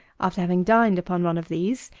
after having dined upon one of these,